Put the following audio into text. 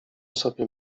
sobie